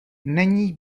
není